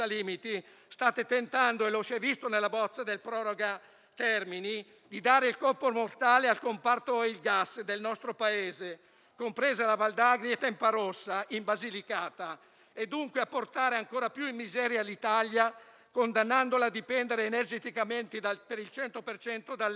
state tentando - e lo si è visto nella bozza del proroga termini - di dare il colpo mortale al comparto del gas del nostro Paese, compresa la Val d'Agri e Tempa Rossa in Basilicata, portando ancora più in miseria l'Italia, condannandola a dipendere energeticamente per il 100 per cento